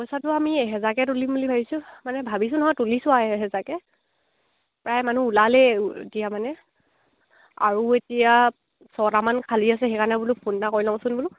পইচাটো আমি এহেজাৰকৈ তুলিম বুলি ভাবিছোঁ মানে ভাবিছোঁ নহয় তুলিছোঁ আৰু এহেজাৰকৈ প্ৰায় মানুহ ওলালেই এতিয়া মানে আৰু এতিয়া ছটামান খালী আছে সেইকাৰণে বোলো ফোন এটা কৰি লওঁচোন বোলো